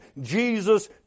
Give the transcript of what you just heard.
Jesus